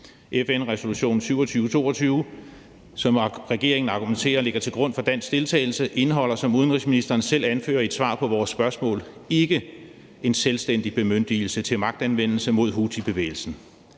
FN-resolution 2722, som regeringen argumenterer for ligger til grund for dansk deltagelse, indeholder, som udenrigsministeren selv anfører i et svar på vores spørgsmål, ikke en selvstændig bemyndigelse til magtanvendelse mod houthibevægelsen.